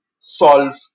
solve